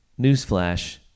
newsflash